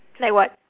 like what